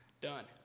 Done